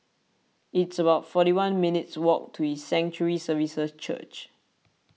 it's about forty one minutes' walk to His Sanctuary Services Church